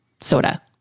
Soda